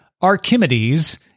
Archimedes